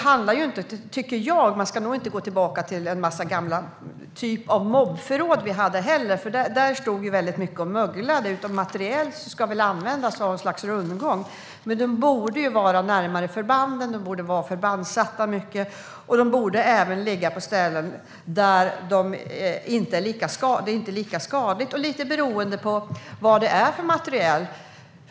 Man ska nog inte gå tillbaka till någon typ av mobbförråd, för där stod väldigt mycket och möglade. Materiel ska väl återanvändas, men förråden borde finnas närmare förbanden. De borde även ligga på ställen där det inte är lika skadligt och lite beroende på vad det är för materiel.